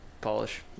polish